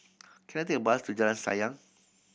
can I take a bus to Jalan Sayang